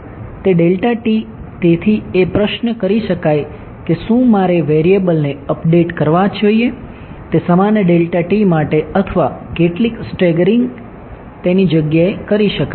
તે તેથી એ પ્રશ્ન કરી શકાય કે શું મારે વેરિએબલ ને અપડેટ કરવા જોઈએ તે સમાન માટે અથવા કેટલીક સ્ટેરિંગ તેની જગ્યા એ કરી શકાય